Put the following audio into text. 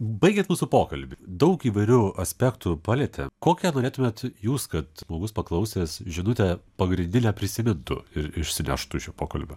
baigiat mūsų pokalbį daug įvairių aspektų palietėm kokią norėtumėt jūs kad žmogus paklausęs žinutę pagrindinę prisimintų ir išsinetų iš šio pokalbio